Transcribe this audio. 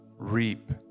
reap